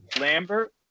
Lambert